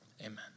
amen